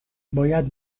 باید